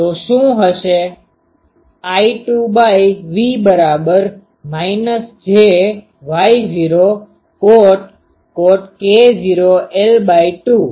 તો શું હશે I2V jy0cot k0 l2માઈનસ j Y0 2 cot k0 l2